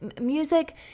music